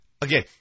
Again